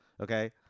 Okay